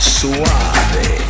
suave